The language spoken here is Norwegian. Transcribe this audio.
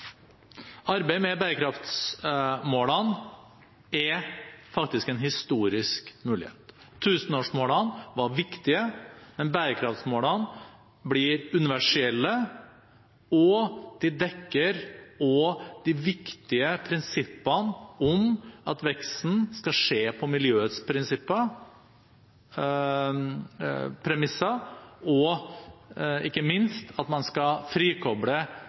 Arbeidet med bærekraftmålene er faktisk en historisk mulighet. Tusenårsmålene var viktige, men bærekraftmålene blir universelle, og de dekker også de viktige prinsippene om at veksten skal skje på miljøets premisser, og ikke minst at man skal frikoble